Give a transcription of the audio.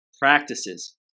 practices